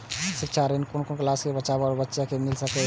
शिक्षा ऋण कुन क्लास कै बचवा या बचिया कै मिल सके यै?